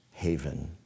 Haven